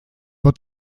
wird